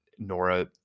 Nora